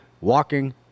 walking